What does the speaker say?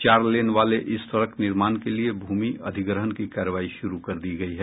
चार लेन वाले इस सड़क निर्माण के लिए भूमि अधिग्रहण की कार्रवाई शुरू कर दी गई है